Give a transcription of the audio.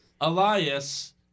Elias